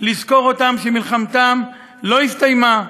לזכור שמלחמתם לא הסתיימה,